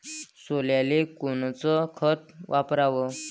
सोल्याले कोनचं खत वापराव?